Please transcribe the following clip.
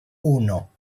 uno